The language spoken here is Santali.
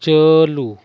ᱪᱟᱹᱞᱩ